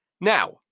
Now